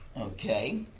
Okay